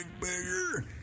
bigger